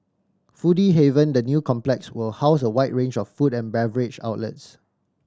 foodie haven The new complex will house a wide range of food and beverage outlets